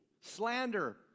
slander